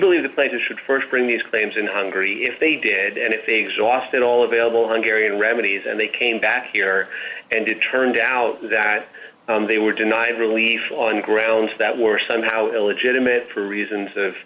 believe the place should st bring these claims in hungary if they did and if they exhausted all available hungary and remedies and they came back here and it turned out that they were denied relief on grounds that were somehow illegitimate for reasons of